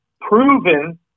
proven